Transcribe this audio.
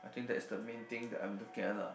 thing that's the main thing that I'm look at lah